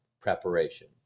preparation